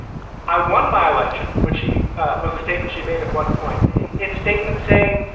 i won my election when she was a statement. she made at one point its statement saying,